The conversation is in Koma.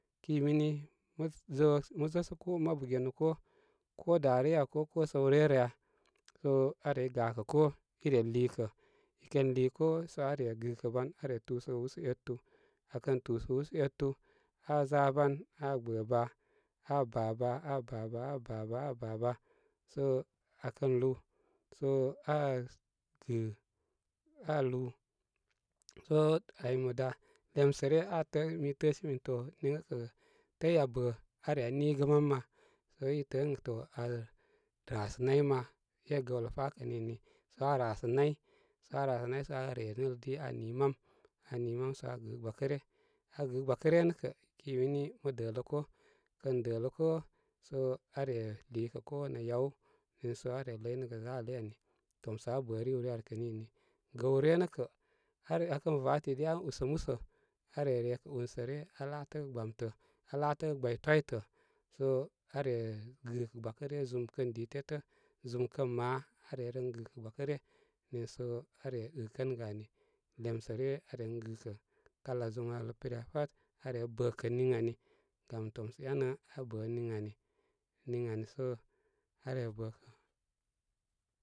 Ki mini mə zo mə zo sə koo, mabu ge nu koo koo da ryə ya ko koo səw ryə rə ya? Sə aa rey gakə koo, ire liikə i kən lii koo, so aa re gɨkə ban aa re túsəgə usú etu a kən túsə úsú etu aa za ban aa gbə baa. Aba baa, a ba baa, aa ba baa, aa ba baa, sə aakən aa kən lúú. sə aa gɨ aa lúú sə aymə da lemsə ryə aa təə, mi təəsi min to niŋkə kə təy aa bə aa re da niigə mam ma sa i təə ən to aa rasə nəy ma e gəwlə pá kə nini sə aa rasə nay-sə aa rasə naysə aa re nɨl lə di sə aa ni’ mam aa nii mam a aa gɨ gbakə rya aa gɨ gbakə ryə nə kə kimini mə dələ koo, kən dələ koo so aa re lii kə ko nə yaw, niisə aa re ləynə gə zal iyə ani tomsə aa bə riwryə ari kə nini gəw ryə nə kə, aa kən va tidi aa kən usə músə aa re re kə únsə ryə aa laakəgə gbamtə, aa laatəgə gbay twitə sə aa re gɨ kə gba kə ryə zum kən di tétə zum, kən maa aa re ren gɨkə gbakə rya niisə aa re ikənəgə ani lemsə ryə aa ren gɨkə kala zum malə pirya pat, aa re bə kən ən nin ani, gam tomsə énə abə an niŋani, niŋ ani so are bə kə.